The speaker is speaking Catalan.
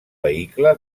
vehicle